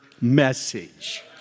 message